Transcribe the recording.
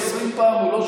ילדי רמת אביב וילדי